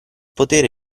potere